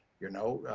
you know,